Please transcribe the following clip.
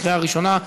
קריאה ראשונה.